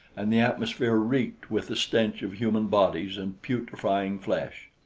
and the atmosphere reeked with the stench of human bodies and putrefying flesh.